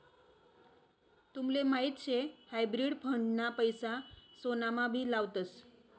तुमले माहीत शे हायब्रिड फंड ना पैसा सोनामा भी लावतस